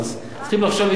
צריכים לחשוב יצירתית,